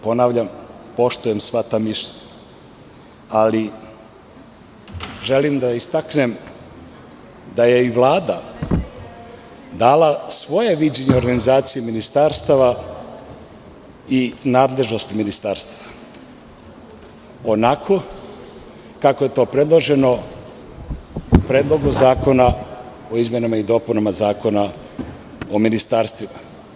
Ponavljam, poštujem sva ta mišljenja, ali, želim da istaknem da je i Vlada dala svoja viđenja u organizaciji ministarstava i nadležnosti ministarstava, onako kako je to predloženo u Predlogu zakona o izmenama i dopunama Zakona o ministarstvima.